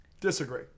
Disagree